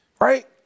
right